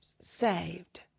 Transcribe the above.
saved